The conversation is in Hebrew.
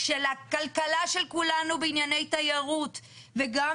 של הכלכלה של כולנו בענייני תיירות וגם